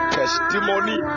testimony